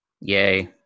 Yay